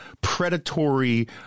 predatory